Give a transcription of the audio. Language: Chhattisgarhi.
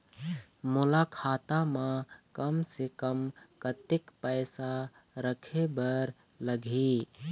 मोला खाता म कम से कम कतेक पैसा रखे बर लगही?